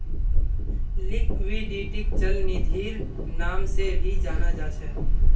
लिक्विडिटीक चल निधिर नाम से भी जाना जा छे